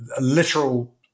literal